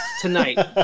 tonight